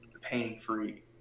pain-free